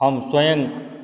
हम स्वयं